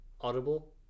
audible